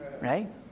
Right